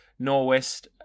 Norwest